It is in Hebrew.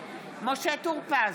משה טור פז,